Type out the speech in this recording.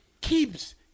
keeps